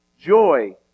joy